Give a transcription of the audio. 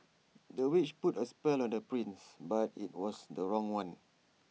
the witch put A spell on the prince but IT was the wrong one